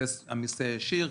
המיסוי הישיר,